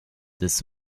des